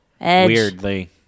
weirdly